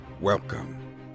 Welcome